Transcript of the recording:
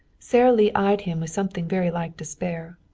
sara lee eyed him with something very like despair.